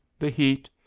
the heat,